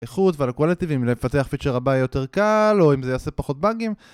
איכות ועל הקואליטיבים, להפתח פיצ'ר רבה יותר קל, או אם זה יעשה פחות באגים